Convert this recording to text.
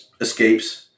Escapes